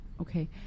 Okay